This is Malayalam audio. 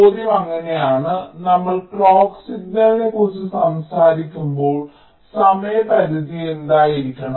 ചോദ്യം അങ്ങനെയാണ് നമ്മൾ ക്ലോക്ക് സിഗ്നലിനെക്കുറിച്ച് സംസാരിക്കുമ്പോൾ സമയപരിധി എന്തായിരിക്കണം